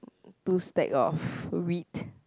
two stack of reed